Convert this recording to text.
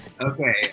okay